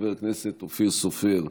חבר הכנסת אופיר סופר,